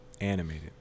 animated